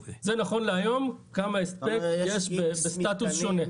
זה נכון להיום כמה הספק יש בסטטוס שונה.